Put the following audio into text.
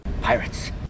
Pirates